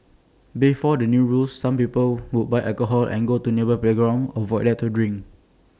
before the new rules some people would buy alcohol and go to A nearby playground or void deck to drink